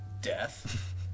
death